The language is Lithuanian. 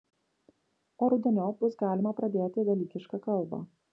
o rudeniop bus galima pradėti dalykišką kalbą